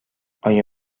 آیا